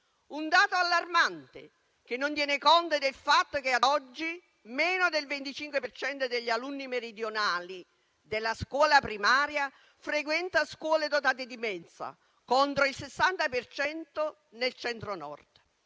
un dato allarmante che non tiene conto del fatto che ad oggi meno del 25 per cento degli alunni meridionali della scuola primaria frequenta scuole dotate di mensa, contro il 60 per cento nel